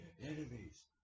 enemies